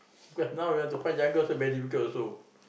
cause now we want to find jungle also very difficult also